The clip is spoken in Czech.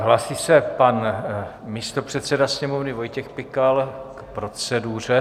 Hlásí se pan místopředseda Sněmovny Vojtěch Pikal k proceduře.